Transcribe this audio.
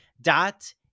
dot